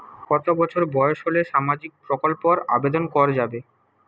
কত বছর বয়স হলে সামাজিক প্রকল্পর আবেদন করযাবে?